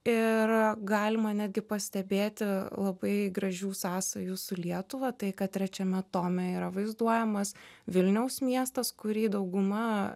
ir galima netgi pastebėti labai gražių sąsajų su lietuva tai kad trečiame tome yra vaizduojamas vilniaus miestas kurį dauguma